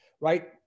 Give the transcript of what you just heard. right